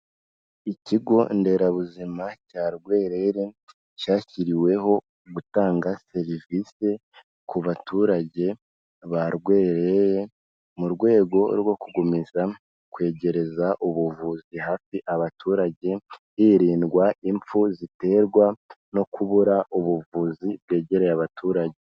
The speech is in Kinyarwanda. Ikigo nderabuzima cya Rwerere cyashyiriweho gutanga serivisi ku baturage ba Rwerere mu rwego rwo gukomeza kwegereza ubuvuzi hafi abaturage hirindwa impfu ziterwa no kubura ubuvuzi bwegereye abaturage.